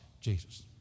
Jesus